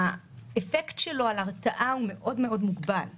האפקט שלה על הרתעה מוגבל מאוד.